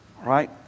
right